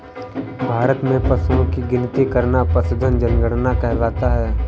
भारत में पशुओं की गिनती करना पशुधन जनगणना कहलाता है